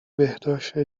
بهداشت